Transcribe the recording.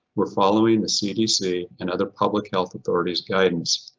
we're following the cdc and other public health authorities guidance.